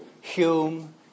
Hume